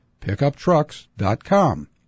PickupTrucks.com